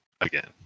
again